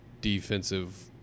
defensive